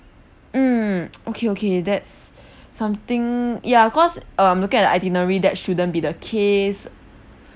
mm okay okay that's something ya cause um looking at the itinerary that shouldn't be the case